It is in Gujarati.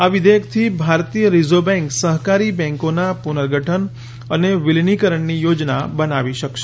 આ વિધેયકથી ભારતીય રીઝર્વ બેન્ક સહકારી બેન્કોના પુર્નગઠન અને વિલીનીકરણની યોજના બનાવી શકશે